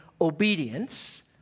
obedience